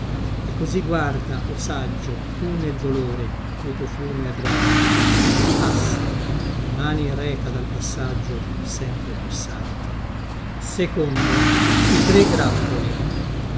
e così guarda o saggio tu nel dolore cupo fiume errante passa e le mani reca dal passaggio sempre più sante ha tre giacinto grappoli